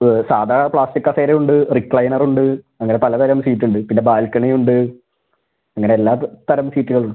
സാധാരണ പ്ലാസ്റ്റിക് കസേരയുണ്ട് റിക്ലൈനറുണ്ട് അങ്ങനെ പലതരം സീറ്റുണ്ട് പിന്നെ ബാൽക്കണിയുണ്ട് അങ്ങനെ എല്ലാ തരം സീറ്റുകളുണ്ട്